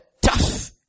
tough